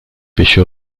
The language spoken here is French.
péché